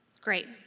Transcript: Great